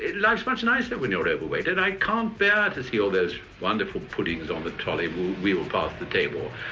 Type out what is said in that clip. life's much nicer when you're overweight, and i can't bear to see all those wonderful puddings on the trolley wheel past the table.